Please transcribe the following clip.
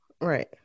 Right